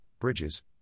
bridges